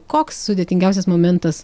koks sudėtingiausias momentas